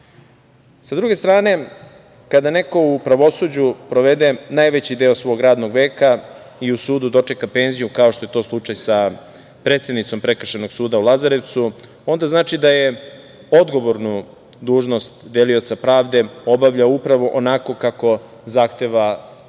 druge strane, kada neko u pravosuđu provede najveći deo svog radnog veka i u sudu dočeka penziju, kao što je to slučaj sa predsednicom Prekršajnog suda u Lazarevcu, onda znači da je odgovornu dužnost delioca pravde obavljao upravo onako kako zahteva zakon,